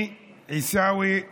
אני, עיסאווי פריג',